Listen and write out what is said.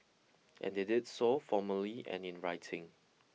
and they did so formally and in writing